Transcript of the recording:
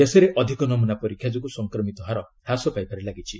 ଦେଶରେ ଅଧିକ ନମୂନା ପରୀକ୍ଷା ଯୋଗୁଁ ସଂକ୍ରମିତଙ୍କ ହାର ହ୍ରାସ ପାଇବାରେ ଲାଗିଛି